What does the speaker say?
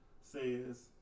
says